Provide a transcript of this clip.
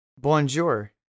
bonjour